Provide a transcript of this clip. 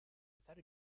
پسر